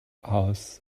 aus